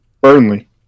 Burnley